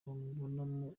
bamubonamo